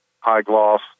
high-gloss